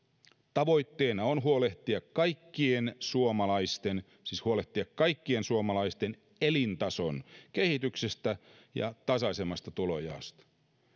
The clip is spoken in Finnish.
tavoitteena on huolehtia kaikkien suomalaisten siis huolehtia kaikkien suomalaisten elintason kehityksestä ja tasaisemmasta tulonjaosta